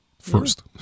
first